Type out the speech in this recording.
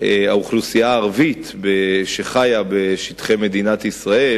האוכלוסייה הערבית שחיה בשטחי מדינת ישראל,